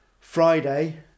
friday